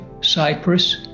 Cyprus